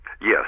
Yes